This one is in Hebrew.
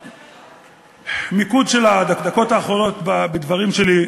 המיקוד של הדקות האחרונות בדברים שלי,